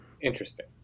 Interesting